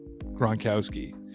Gronkowski